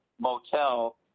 motel